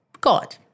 God